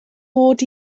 mod